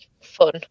fun